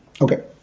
Okay